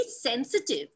sensitive